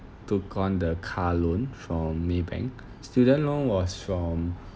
took on the car loan from Maybank student loan was from